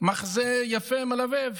מחזה יפה ומלבב.